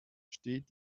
steht